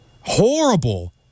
Horrible